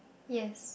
yes